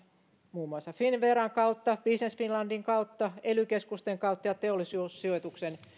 muun muassa finnveran kautta business finlandin kautta ely keskusten kautta ja teollisuussijoituksen